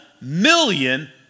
million